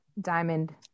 Diamond